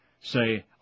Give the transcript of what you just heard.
Say